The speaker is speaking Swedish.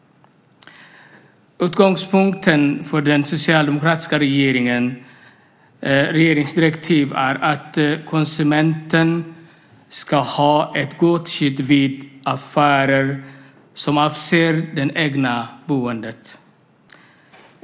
Utgångspunkten för den socialdemokratiska regeringens direktiv är att konsumenten ska ha ett gott skydd vid affärer som avser det egna boendet.